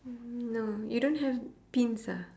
no you don't have pins ah